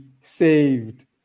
saved